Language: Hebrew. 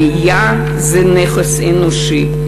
עלייה זה נכס אנושי.